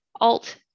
alt